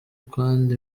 kandi